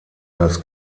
das